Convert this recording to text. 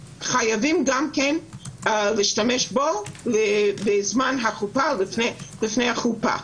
חייבים גם כן להשתמש בו בזמן החופה ולפני החופה.